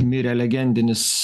mirė legendinis